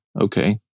Okay